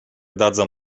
dadzą